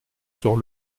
sur